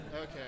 Okay